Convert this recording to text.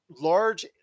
large